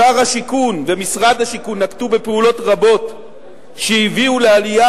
שר השיכון ומשרד השיכון נקטו פעולות רבות שהביאו לעלייה